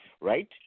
Right